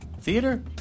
Theater